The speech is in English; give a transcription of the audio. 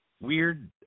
Weird